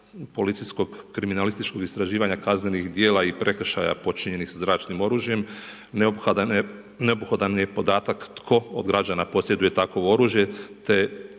policijskog kriminalističkog istraživanja kaznenih djela i prekršaja počinjenih sa zračnim oružjem, neophodan je podatak tko od građana posjeduje takovo oružje